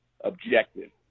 objective